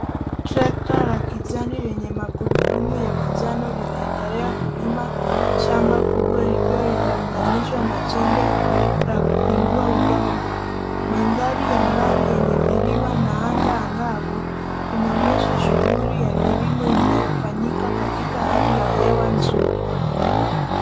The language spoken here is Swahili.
Trekta la kijani lenye magurudumu ya manjano linaendelea kulima shamba kubwa likiwa limeunganishwa na jembe la kupindua udongo. Mandhari ya mbali yenye milima na anga angavu inaonyesha shuguli ya kilimo inayofanyika katika hali ya hewa nzuri.